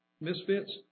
misfits